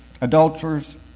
adulterers